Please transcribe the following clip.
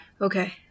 Okay